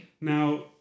Now